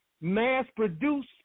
mass-produce